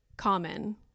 common